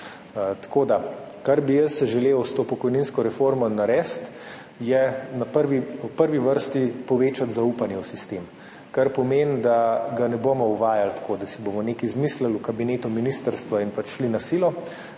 Tako da, kar bi jaz želel s to pokojninsko reformo narediti, je, v prvi vrsti povečati zaupanje v sistem, kar pomeni, da ga ne bomo uvajali tako, da si bomo nekaj izmislili v kabinetu ministra in pač šli na silo,